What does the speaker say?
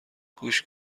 گوش